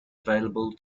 available